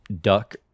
duck